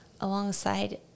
alongside